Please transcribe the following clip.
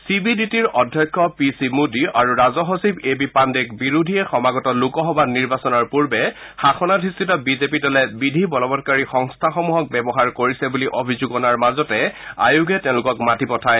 চিবিডিটিৰ অধ্যক্ষ P C Mody আৰু ৰাজহ সচিব এ বি পাণ্ডেক বিৰোধীয়ে সমাগত লোকসভা নিৰ্বাচনৰ পূৰ্বে শাসনাধিস্থ বিজেপি দলে বিধি বলবৎকাৰী সংস্থাসমূহক ব্যৱহাৰ কৰিছে বুলি অভিযোগ অনাৰ মাজতে আয়োগে তেওঁলোকক মাতি পঠায়